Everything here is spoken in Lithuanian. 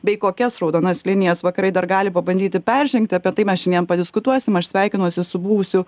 bei kokias raudonas linijas vakarai dar gali pabandyti peržengti apie tai mes šiandien padiskutuosime aš sveikinuosi su buvusiu